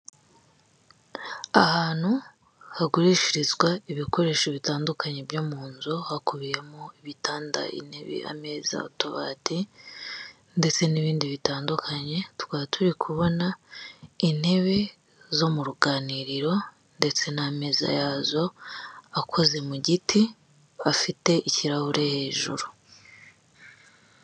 Ahantu hagurishirizwa ibikoresho bitandukanye byo mu nzu hakubiyemo ibitanda, intebe, ameza utubati ndetse n'ibindi bitandukanye tukaba turi kubona intebe zo mu ruganiriro ndetse n'ameza yazo akoze mu giti afite ikirahure hejuru